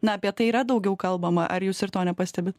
na apie tai yra daugiau kalbama ar jūs ir to nepastebit